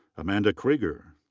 amanda kreger.